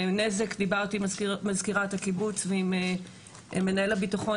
דיברתי עם מזכירת הקיבוץ ועם מנהל הביטחון